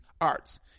arts